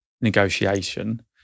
negotiation